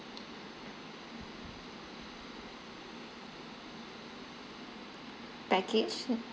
package